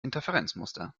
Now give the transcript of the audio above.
interferenzmuster